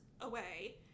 away